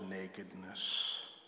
nakedness